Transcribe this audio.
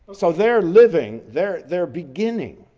so they're living, they're they're beginning,